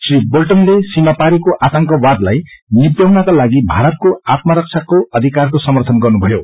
श्री बोल्टनले सीमापारिको आतंकवादलाई निप्टयाउनका लागि भरतको आत्मरक्षाको अधिकारको समर्थन गर्नुभयो